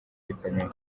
rikomeye